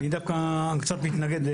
אני דווקא קצת מתנגד.